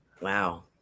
Wow